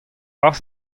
kas